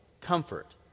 Comfort